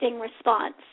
response